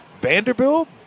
Vanderbilt